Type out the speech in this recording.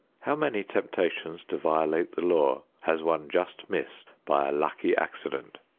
how many temptations to violate the law has one just missed by a lucky accident?